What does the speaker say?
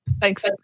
Thanks